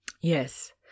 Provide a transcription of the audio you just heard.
Yes